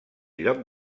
lloc